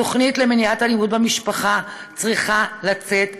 התוכנית למניעת אלימות במשפחה צריכה לצאת לדרך.